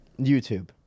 YouTube